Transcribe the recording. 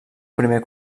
primer